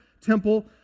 temple